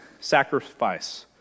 sacrifice